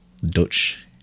Dutch